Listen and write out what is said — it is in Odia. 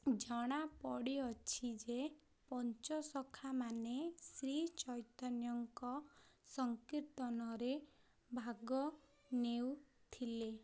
ଜଣାପଡ଼ିଅଛି ଯେ ପଞ୍ଚଶଖା ମାନେ ଶ୍ରୀ ଚୈତନଙ୍କ ସଂକୀର୍ତ୍ତନରେ ଭାଗ ନେଉଥିଲେ